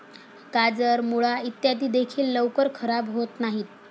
गाजर, मुळा इत्यादी देखील लवकर खराब होत नाहीत